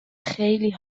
خیلی